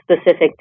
specific